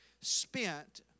spent